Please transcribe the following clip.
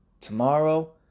Tomorrow